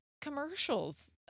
commercials